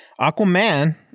Aquaman